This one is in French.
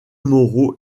moraux